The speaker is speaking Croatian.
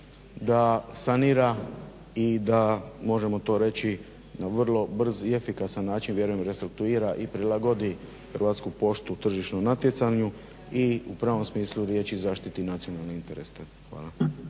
da sanira i da možemo to reći vrlo brz i efikasan način restrukturira i prilagodi Hrvatsku poštu tržišnom natjecanju i u pravom smislu riječi zaštiti nacionalne interese. Hvala.